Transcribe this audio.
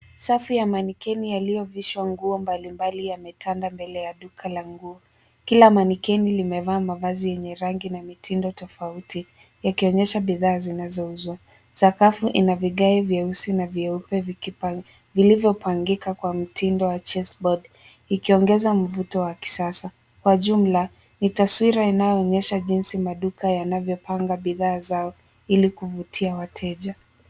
Safu ya manikeni yaliovalishwa nguo mbalimbali yametanda mbele ya duka la nguo. Kila manikeni limevaa mavazi yenye rangi na mitindo tofauti yakionyesha bidhaa zinazouzwa. Sakafu ina vigae vyeupe vilivyopangika kwa mtindo wa chase board ikiongeza mvuto wa kisasa. Kwa jumla, ni taswira inayoonyesha jinsi maduka yanavyopanga bidhaa zao ili kuvutia wateja.